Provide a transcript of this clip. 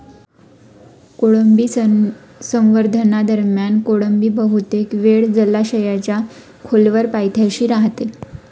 कोळंबी संवर्धनादरम्यान कोळंबी बहुतेक वेळ जलाशयाच्या खोलवर पायथ्याशी राहते